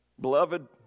Beloved